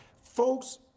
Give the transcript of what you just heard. Folks